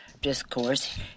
discourse